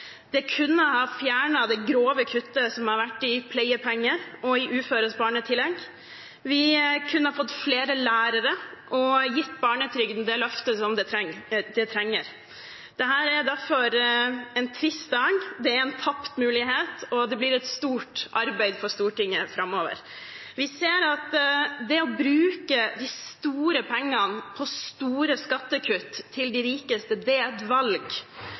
Det kunne ha fjernet det grove kuttet som har vært i pleiepengeordningen og i uføres barnetillegg. Vi kunne ha fått flere lærere og gitt barnetrygden det løftet den trenger. Dette er derfor en trist dag. Det er en tapt mulighet, og det blir et stort arbeid for Stortinget framover. Vi ser at det å bruke de store pengene på store skattekutt til de rikeste er et valg,